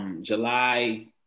July